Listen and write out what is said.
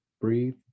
Breathe